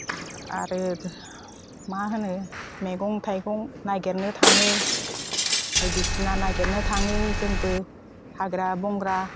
आरो मा होनो मैगं थाइगं नागिरनो थाङो बायदिसिना नागिरनो थाङो जोंबो हाग्रा बंग्रा